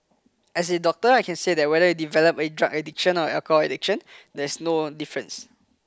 as a doctor I can say that whether you develop a drug addiction or alcohol addiction there is no difference